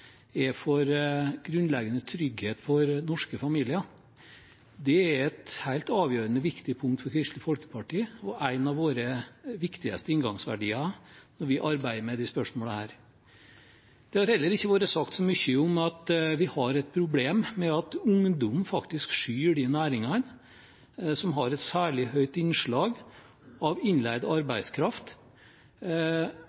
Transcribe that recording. er for grunnleggende trygghet for norske familier. Det er et helt avgjørende viktig punkt for Kristelig Folkeparti og en av våre viktigste inngangsverdier når vi arbeider med disse spørsmålene. Det har heller ikke vært sagt så mye om at vi har et problem med at ungdom faktisk skyr de næringene som har et særlig høyt innslag av innleid